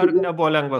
ar nebuvo lengvas